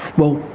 well,